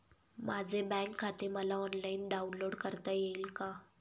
माझे बँक खाते मला ऑनलाईन डाउनलोड करता येईल का?